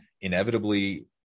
inevitably